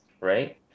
right